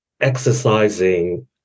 exercising